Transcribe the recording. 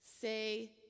Say